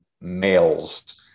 males